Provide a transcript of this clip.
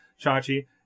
Chachi